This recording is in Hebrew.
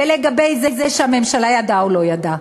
ולגבי זה שהממשלה ידעה או לא ידעה,